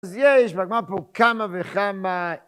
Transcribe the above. אז יש, רק מה פה כמה וכמה?